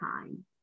time